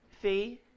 Fee